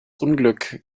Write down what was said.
unglück